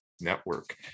Network